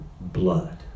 blood